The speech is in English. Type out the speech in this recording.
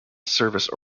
service